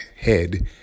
head